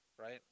right